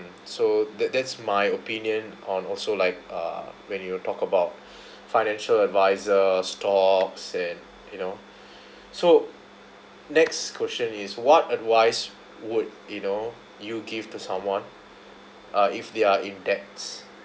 so that that's my opinion on also like uh when you talk about financial advisor stocks and you know so next question is what advice would you know you give to someone uh if they are in debts